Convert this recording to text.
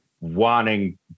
wanting